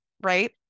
Right